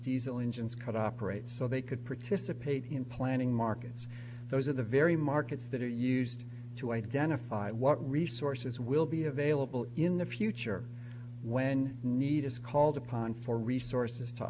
diesel engines cut off operate so they could participate in planning markets those are the very markets that are used to identify what resources will be available in the future when need is called upon for resources to